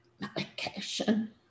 medication